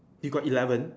you got eleven